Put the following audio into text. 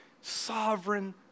sovereign